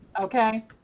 Okay